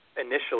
initially